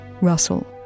Russell